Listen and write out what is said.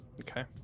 Okay